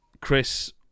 Chris